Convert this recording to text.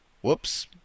Whoops